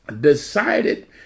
decided